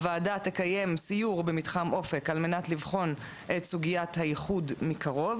הוועדה תקיים סיור במתחם אופק על מנת לבחון את סוגיית האיחוד מקרוב.